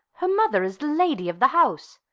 her mother is the lady of the house.